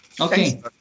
Okay